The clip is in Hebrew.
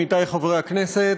עמיתי חברי הכנסת,